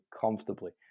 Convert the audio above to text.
comfortably